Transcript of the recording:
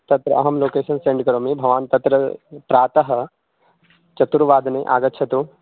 तत्र अहं location send करोमि भवान् तत्र प्रातः चतुर्वादने आगच्छतु